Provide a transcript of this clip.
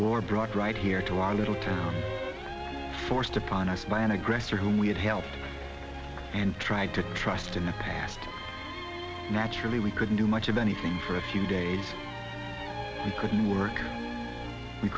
war brought right here to our little town forced upon us by an aggressor whom we had helped and tried to trust in the past naturally we couldn't do much of anything for a few days we couldn't work we